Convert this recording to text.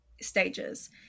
stages